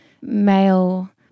male